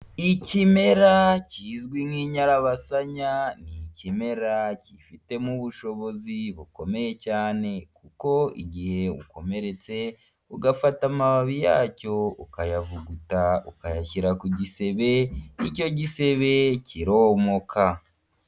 Ikimera kizwi nk'inyarabarasanya n'ikimera cyifitemo ubushobozi bukomeye cyane, kuko igihe ukomeretse ugafata amababi yacyo ukayavuguta ukayashyira ku gisebe icyo gisebe kiromoka.